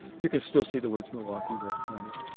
you can still see the words milwaukee written on it.